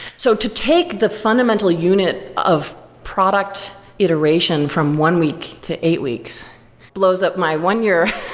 so to take the fundamental unit of product iteration from one week to eight weeks blows up my one-year